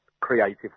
creative